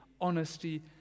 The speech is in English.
honesty